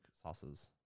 sauces